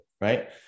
Right